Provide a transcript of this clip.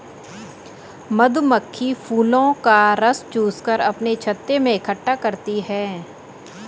मधुमक्खी फूलों का रस चूस कर अपने छत्ते में इकट्ठा करती हैं